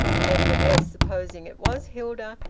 nevertheless, supposing it was hilda,